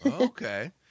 Okay